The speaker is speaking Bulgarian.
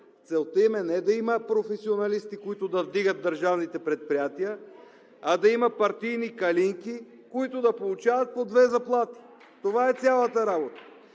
целта им не е да има професионалисти, които да вдигат държавните предприятия, а да има партийни калинки, които да получават по две заплати. Това е цялата работа.